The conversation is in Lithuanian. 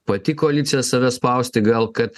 pati koalicija save spausti gal kad